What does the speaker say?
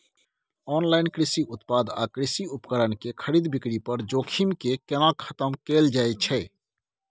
Online कृषि उत्पाद आ कृषि उपकरण के खरीद बिक्री पर जोखिम के केना खतम कैल जाए छै?